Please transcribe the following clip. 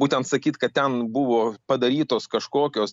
būtent sakyt kad ten buvo padarytos kažkokios